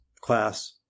class